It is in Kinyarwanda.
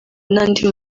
n’andi